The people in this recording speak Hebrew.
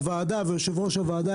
הוועדה ויושב-ראש הוועדה,